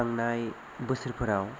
थांनाय बोसोरफोराव